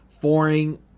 foreign